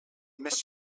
més